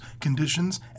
conditions